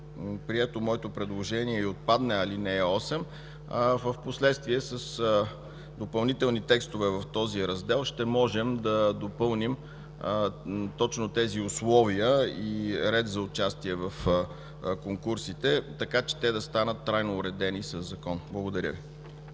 прието моето предложение и отпадне ал. 8, в последствие с допълнителни текстове в този Раздел ще можем да допълним точно тези условия и ред за участие в конкурсите, така че те да станат трайно уредени със закон. Благодаря Ви.